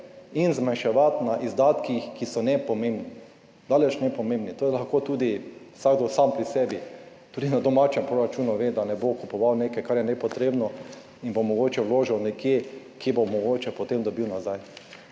in zmanjšuješ na izdatkih, ki so nepomembni, daleč nepomembni. Vsakdo sam pri sebi tudi na domačem proračunu ve, da ne bo kupoval nekaj, kar je nepotrebno, in bo mogoče vložil nekje, kjer bo mogoče potem dobil nazaj.